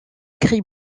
gris